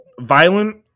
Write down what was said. Violent